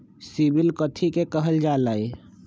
CIBIL कथि के काहल जा लई?